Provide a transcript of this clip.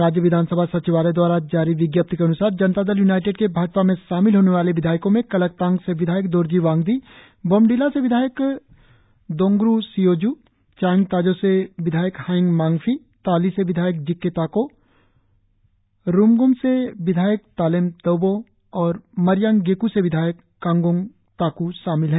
राज्य विधानसभा सचिवालय द्वारा जारी विज्ञप्ति के अनुसार जनता दल यूनाईटेट के भाजपा में शामिल होने वाले विधायको में कलकतांग से विधायक दोरजी वांग्दी बोमडिला से विधायक दोंग् सियोंज् चायांगताजो से विधायक हायेंग मांगफी ताली से विधायक जिक्के ताको रुमगोंग से विधायक तालेम तोबोह और मारियांग गेकू से विधायक कागोंग ताकू शामिल है